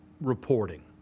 reporting